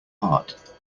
part